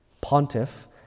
Pontiff